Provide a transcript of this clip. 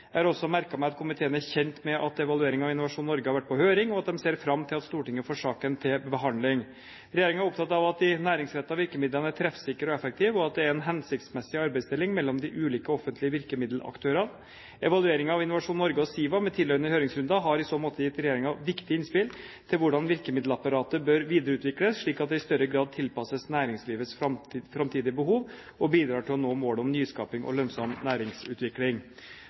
Jeg har også merket meg at komiteen er kjent med at evalueringen av Innovasjon Norge har vært på høring, og at de ser fram til at Stortinget får saken til behandling. Regjeringen er opptatt av at de næringsrettede virkemidlene er treffsikre og effektive, og at det er en hensiktsmessig arbeidsdeling mellom de ulike offentlige virkemiddelaktørene. Evalueringen av Innovasjon Norge og SIVA, med tilhørende høringsrunder, har i så måte gitt regjeringen viktige innspill til hvordan virkemiddelapparatet bør videreutvikles slik at det i større grad tilpasses næringslivets framtidige behov og bidrar til å nå målet om nyskaping og lønnsom næringsutvikling.